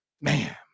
Man